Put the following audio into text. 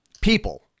people